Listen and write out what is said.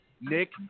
Nick